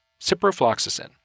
ciprofloxacin